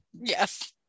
Yes